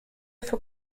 für